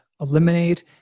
eliminate